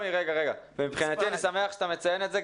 אני שמח שאתה מציין את זה,